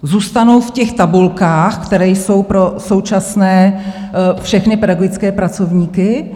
Zůstanou v těch tabulkách, které jsou pro současné všechny pedagogické pracovníky?